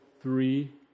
three